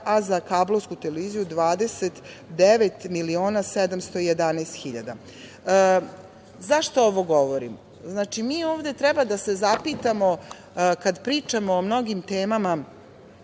a za kablovsku televiziju 29.711.000.Zašto ovo govorim? Mi ovde treba da se zapitamo kada pričamo o mnogim temama